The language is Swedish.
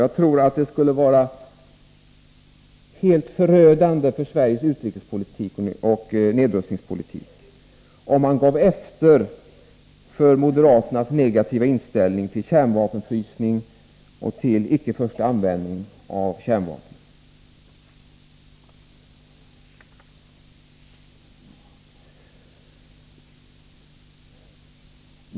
Jag tror att det skulle vara helt förödande för Sveriges utrikesoch nedrustningspolitik om man gav efter för moderaternas negativa inställning till kärnvapenfrysning och till icke-förstaanvändning av kärnvapen.